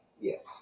Yes